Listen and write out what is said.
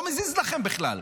לא מזיז לכם בכלל.